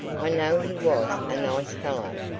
i know he was a nice fellow.